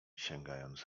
sięgając